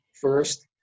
first